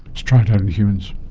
to try it out in humans.